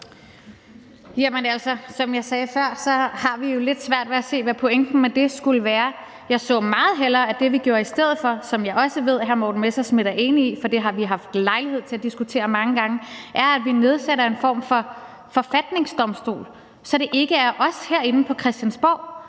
Jamen altså, som jeg sagde før, har vi jo lidt svært ved at se, hvad pointen med det skulle være. Jeg så meget hellere, at det, vi gjorde i stedet for – som jeg også ved at hr. Morten Messerschmidt er enig i, for det har vi haft lejlighed til at diskutere mange gange – var, at vi nedsatte en form for forfatningsdomstol, så det ikke er os herinde på Christiansborg,